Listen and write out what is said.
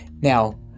Now